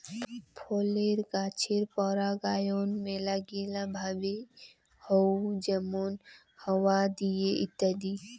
ফলের গাছের পরাগায়ন মেলাগিলা ভাবে হউ যেমন হাওয়া দিয়ে ইত্যাদি